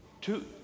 Two